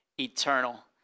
eternal